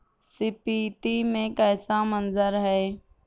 سپیتی میں کیسا منظر ہے